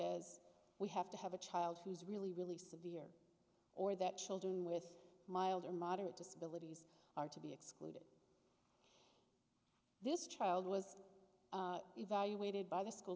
as we have to have a child who is really really severe or that children with mild or moderate disabilities are to be ex this child was evaluated by the school